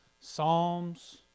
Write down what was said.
psalms